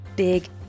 Big